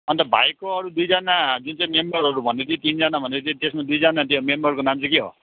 अन्त भाइको अरू दुईजना जुन चाहिँ मेम्बरहरू भन्दैथ्यो तिनजना भन्दैथ्यो त्यसमा दुईजना त्यो मेम्बरको नाम चाहिँ के हो